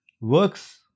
works